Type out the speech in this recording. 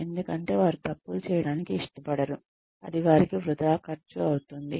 ఎందుకంటే వారు తప్పులు చేయటానికి ఇష్టపడరు అది వారికి వృధా ఖర్చు అవుతుంది